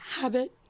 habit